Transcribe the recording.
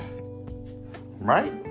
Right